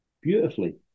beautifully